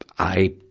i,